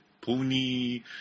pony